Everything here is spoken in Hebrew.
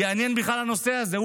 יעניין בכלל הנושא הזה?